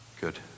Good